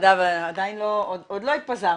עוד לא התפזרנו.